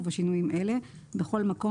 ובשינויים אלה: בכל מקום,